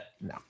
No